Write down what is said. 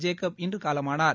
Jacob இன்று காலமானார்